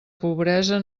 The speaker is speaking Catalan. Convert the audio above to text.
pobresa